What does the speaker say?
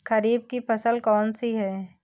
खरीफ की फसल कौन सी है?